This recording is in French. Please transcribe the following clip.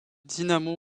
dinamo